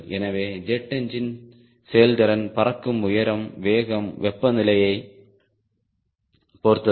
எனவே jet engine செயல்திறன் பறக்கும் உயரம் வேகம் வெப்பநிலையை பொறுத்தது